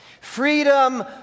Freedom